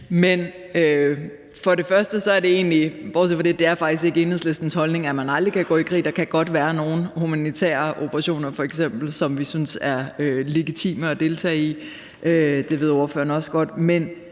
at forsøge at bruge den. Bortset fra det er det faktisk ikke Enhedslistens holdning, at man aldrig kan gå i krig. Der kan f.eks. godt være nogle humanitære operationer, som vi synes er legitime at deltage i, og det ved ordføreren også godt.